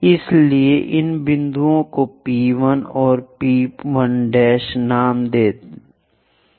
इसलिए इन बिंदुओं को P 1 और P 1 नाम दें